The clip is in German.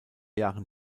jahren